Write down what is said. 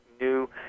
new